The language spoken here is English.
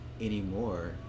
anymore